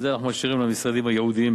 את זה אנחנו משאירים למשרדים הייעודיים,